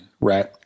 Right